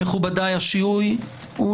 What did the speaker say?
מכובדיי, השיהוי לא